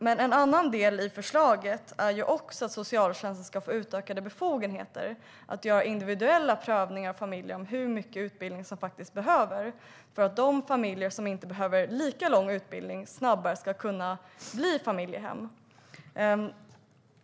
Men en annan del i förslaget är att socialtjänsten ska få utökade befogenheter att göra individuella prövningar av familjer i fråga om hur mycket utbildning de faktiskt behöver, för att de familjer som inte behöver lika lång utbildning snabbare ska kunna bli familjehem.